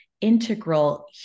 integral